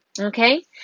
Okay